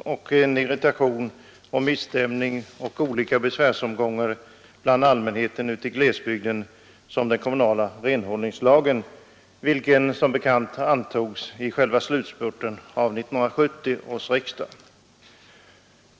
och så mycken irritation, misstämning och olika besvärsomgångar bland allmänheten ute i glesbygden som den kommunala renhållningslagen, vilken lag som bekant antogs i slutspurten av 1970 års riksdag.